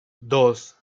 dos